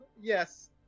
yes